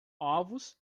ovos